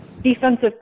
defensive